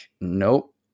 Nope